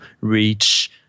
reach